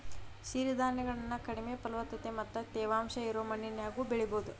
ಸಿರಿಧಾನ್ಯಗಳನ್ನ ಕಡಿಮೆ ಫಲವತ್ತತೆ ಮತ್ತ ತೇವಾಂಶ ಇರೋ ಮಣ್ಣಿನ್ಯಾಗು ಬೆಳಿಬೊದು